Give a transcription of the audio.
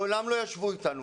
לעולם לא ישבו אתנו.